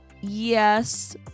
Yes